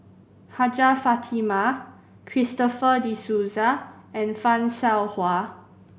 Hajjah Fatimah Christopher De Souza and Fan Shao Hua